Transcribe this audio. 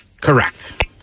Correct